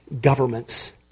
governments